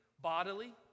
bodily